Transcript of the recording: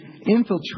infiltrate